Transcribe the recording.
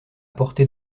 portée